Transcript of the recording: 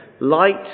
Light